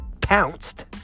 pounced